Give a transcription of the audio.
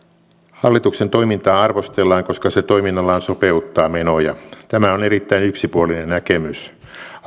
hallituksen toimintaa arvostellaan koska se toiminnallaan sopeuttaa menoja tämä on erittäin yksipuolinen näkemys